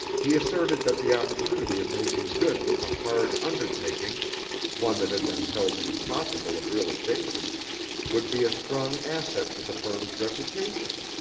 he asserted that the opportunity of making good with a hard undertaking one that had been held impossible of realization would be a strong asset to the firm's reputation.